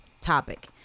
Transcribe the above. topic